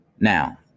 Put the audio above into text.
Now